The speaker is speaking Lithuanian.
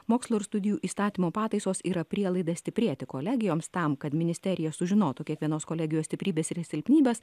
mokslo ir studijų įstatymo pataisos yra prielaidas stiprėti kolegijoms tam kad ministerija sužinotų kiekvienos kolegijos stiprybės ir silpnybės